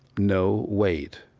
no wait,